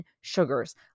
sugars